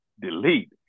delete